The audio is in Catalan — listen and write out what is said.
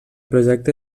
projecte